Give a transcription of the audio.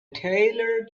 taylor